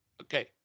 Okay